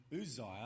Uzziah